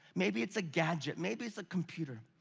maybe it's a gadget, maybe it's a computer.